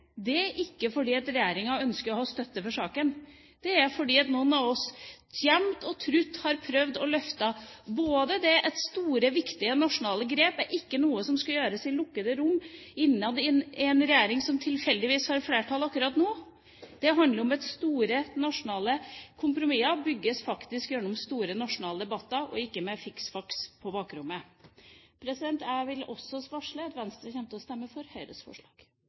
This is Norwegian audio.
Det er ikke fordi regjeringa ønsker å ha støtte for saken, men fordi noen av oss jevnt og trutt har prøvd å løfte det at store, viktige nasjonale grep ikke er noe som skal gjøres i lukkede rom innad i en regjering som tilfeldigvis har flertall akkurat nå. Det handler om at store nasjonale kompromisser faktisk bygges gjennom store nasjonale debatter og ikke med fiks-faks på bakrommet. Jeg vil varsle at også Venstre kommer til å stemme for Høyres forslag.